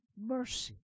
mercy